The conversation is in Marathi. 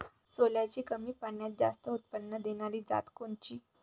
सोल्याची कमी पान्यात जास्त उत्पन्न देनारी जात कोनची?